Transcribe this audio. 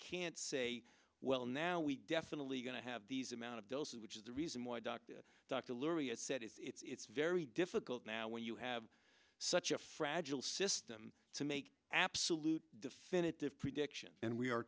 can't say well now we definitely going to have these amount of doses which is the reason why doctor dr lurie it said it's very difficult now when you have such a fragile system to make absolute definitive predictions and we are